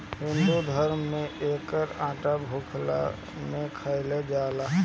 हिंदू धरम में एकर आटा भुखला में खाइल जाला